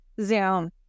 Zoom